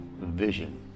vision